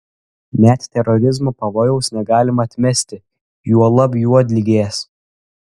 net terorizmo pavojaus negalima atmesti juolab juodligės